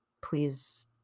Please